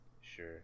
Sure